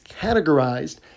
categorized